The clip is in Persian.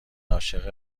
عاشق